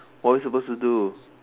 what are we supposed to do